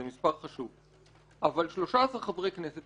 זה מספר חשוב אבל 13 חברי כנסת,